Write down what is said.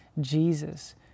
Jesus